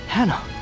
Hannah